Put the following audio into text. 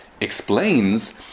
explains